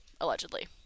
allegedly